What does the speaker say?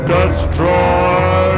Destroy